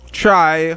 try